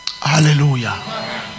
Hallelujah